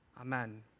Amen